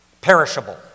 Perishable